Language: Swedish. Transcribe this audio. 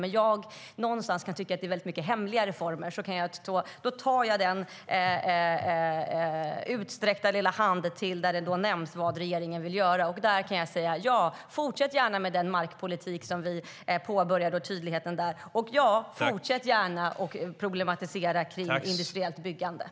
Men jag kan tycka att det är väldigt mycket hemliga reformer, och därför tar jag den utsträckta lilla hand där det nämns vad regeringen vill göra och säger: Ja, fortsätt gärna med den markpolitik vi påbörjade. Fortsätt även gärna att problematisera kring industriellt byggande.